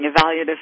evaluative